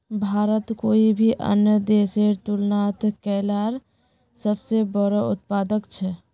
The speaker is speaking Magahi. भारत कोई भी अन्य देशेर तुलनात केलार सबसे बोड़ो उत्पादक छे